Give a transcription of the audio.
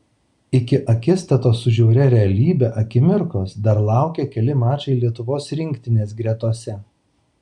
iki akistatos su žiauria realybe akimirkos dar laukė keli mačai lietuvos rinktinės gretose